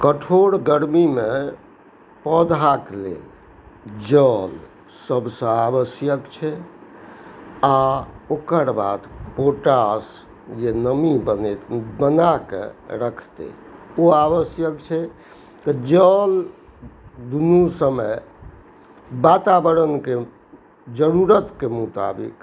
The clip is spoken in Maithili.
कठोर गर्मीमे पौधाके लेल जल सबसँ आवश्यक छै आओर ओकरबाद पोटाश जे नमी बनाकऽ रखतै ओ आवश्यक छै तऽ जल दुनू समय वातावरणके जरूरतके मोताबिक